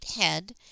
head